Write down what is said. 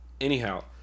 Anyhow